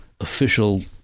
official